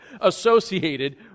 associated